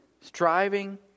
Striving